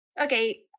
okay